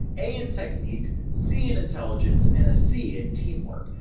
a in technique, c in intelligence, and a c in teamwork!